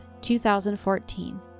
2014